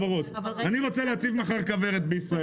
אני רוצה להציב מחר כוורת בישראל?